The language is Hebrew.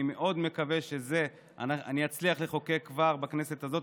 אני מאוד מקווה שאצליח לחוקק כבר בכנסת הזאת.